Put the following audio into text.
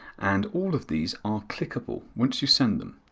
and all of these are clickable once you send them.